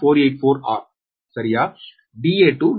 484 r சரியா Da2 9